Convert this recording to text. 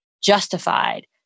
justified